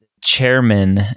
chairman